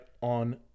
on